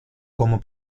como